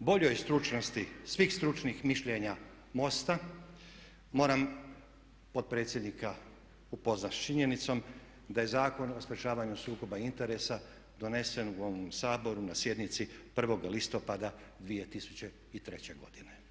boljoj stručnosti svih stručnih mišljenja MOST-a moram potpredsjednika upoznati s činjenicom da je Zakon o sprječavanju sukoba interesa donesen u ovom Saboru na sjednici 1. listopada 2003. godine.